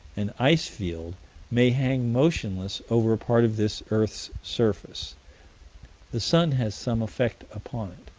an ice field may hang motionless over a part of this earth's surface the sun has some effect upon it,